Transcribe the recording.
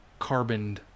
carboned